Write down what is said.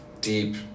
deep